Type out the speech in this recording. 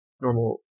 normal